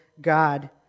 God